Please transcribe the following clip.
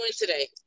today